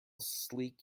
sleek